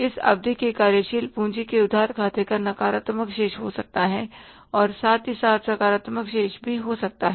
इस अवधि के कार्यशील पूंजी के उधार खाते का नकारात्मक शेष हो सकता है और साथ ही साथ सकारात्मक शेष भी हो सकता है